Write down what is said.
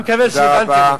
אני מקווה שהבנתם אותי.